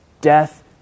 death